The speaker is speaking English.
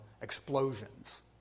explosions